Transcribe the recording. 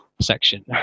section